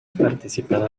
participado